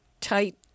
tight